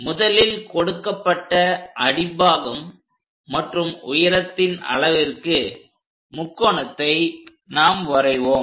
முதலில் கொடுக்கப்பட்ட அடிப்பாகம் மற்றும் உயரத்தின் அளவிற்கு முக்கோணத்தை நாம் வரைவோம்